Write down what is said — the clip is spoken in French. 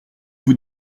vous